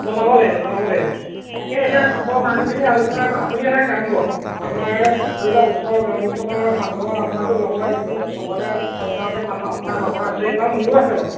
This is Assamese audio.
জনাব লাগিব জনাব লাগিব তাকে এতিয়া চবৰে মানুহখিনি আলোচনা কৰি আপুনি এটা কাম কৰক আমাৰ ধৰি লওক ওচৰ গাঁও কেইখনৰ মানুহৰ আপোনাৰটো লগৰ এইখিনি চৰতে চব গাঁৱতে মানুহ আপোনাৰ লগৰ আছে বা মোৰো আছে বাৰু